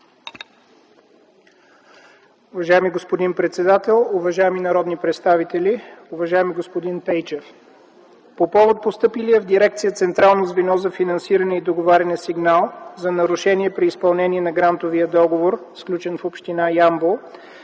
Уважаеми господин председател, уважаеми народни представители, уважаеми господин Пейчев! По повод постъпилия в дирекция „Централно звено за финансиране и договаряне” сигнал за нарушения при изпълнение на грантовия договор, сключен в община Ямбол,